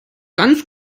ganz